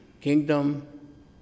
kingdom